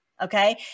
Okay